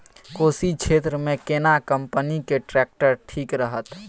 कोशी क्षेत्र मे केना कंपनी के ट्रैक्टर ठीक रहत?